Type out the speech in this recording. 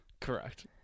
Correct